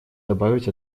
добавить